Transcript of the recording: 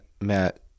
Matt